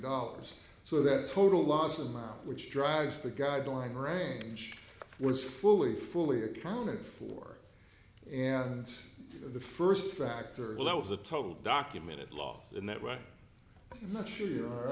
dollars so that total loss amount which drives the guideline range was fully fully accounted for and the first factor that was the total documented loss in that way i'm not sure i